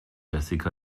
jessica